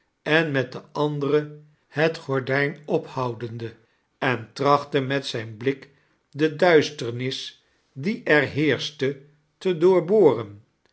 en met de andere het gor r dijn ophoudende en trachtte met zijn blik d duistemis die er heerschte